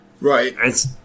Right